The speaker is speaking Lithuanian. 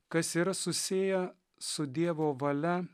kas yra susiję su dievo valia